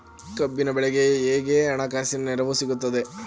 ಕಬ್ಬಿನ ಬೆಳೆಗೆ ಹೇಗೆ ಹಣಕಾಸಿನ ನೆರವು ಸಿಗುತ್ತದೆ?